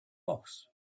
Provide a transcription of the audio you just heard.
boss